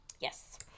Yes